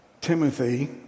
Timothy